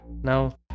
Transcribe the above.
now